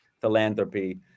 philanthropy